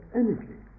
energy